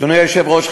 אדוני היושב-ראש,